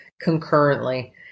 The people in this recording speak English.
concurrently